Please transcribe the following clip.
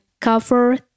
cover